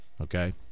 okay